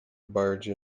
barge